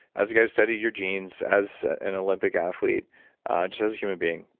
as you guys study your genes, as an olympic athlete just as a human being,